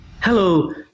Hello